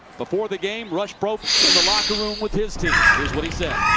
before the game, rush probst in the locker room with his team. here's what he said